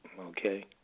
okay